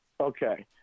Okay